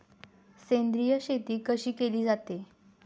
सेंद्रिय शेती कशी केली जाते?